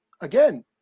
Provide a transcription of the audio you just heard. Again